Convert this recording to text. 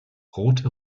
rothe